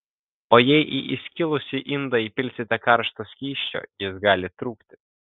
o jei į įskilusį indą įpilsite karšto skysčio jis gali trūkti